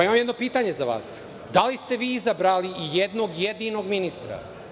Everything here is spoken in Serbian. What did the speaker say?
Imam jedno pitanje za vas – da li ste vi izabrali ijednog jedinog ministra?